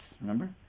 Remember